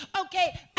okay